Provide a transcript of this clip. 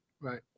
right